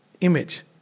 image